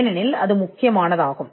ஏனெனில் அது முக்கியமானதாகும்